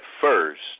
first